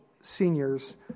seniors